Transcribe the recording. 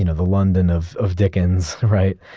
you know the london of of dickens, right?